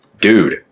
dude